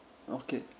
okay